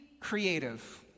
creative